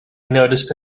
noticed